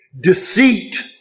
Deceit